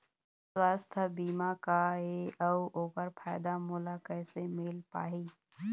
सुवास्थ बीमा का ए अउ ओकर फायदा मोला कैसे मिल पाही?